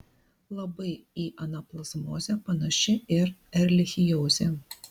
labai į anaplazmozę panaši ir erlichiozė